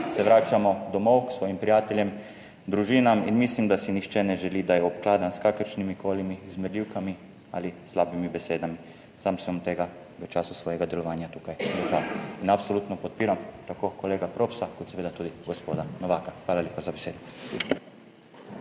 se vračamo domov k svojim prijateljem, družinam in mislim, da si nihče ne želi, da je obkladan s kakršnimi koli zmerljivkami ali slabimi besedami, sam sem tega v času svojega delovanja tukaj držal in absolutno podpiram tako kolega Propsa kot seveda tudi gospoda Novaka. Hvala lepa za besedo.